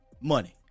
money